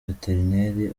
veterineri